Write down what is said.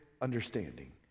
understanding